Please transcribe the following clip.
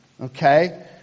Okay